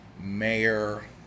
Mayor